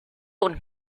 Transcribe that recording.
und